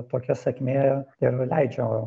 tokia sėkmė ir leidžia